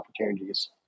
opportunities